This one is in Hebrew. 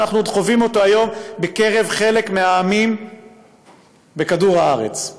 ואנחנו עוד חווים אותה היום בקרב חלק מהעמים בכדור הארץ.